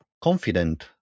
confident